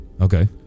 Okay